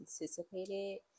anticipated